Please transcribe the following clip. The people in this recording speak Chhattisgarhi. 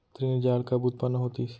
ऋण जाल कब उत्पन्न होतिस?